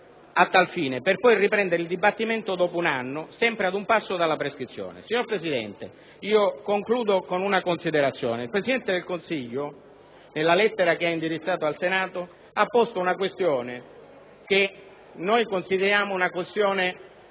a tal fine, per poi riprendere il dibattimento dopo un anno, sempre ad un passo dalla prescrizione. Signor Presidente, concludo con una considerazione. Il Presidente del Consiglio, nella lettera che ha indirizzato al Senato, ha posto una questione che noi consideriamo fondata,